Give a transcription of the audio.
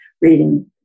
reading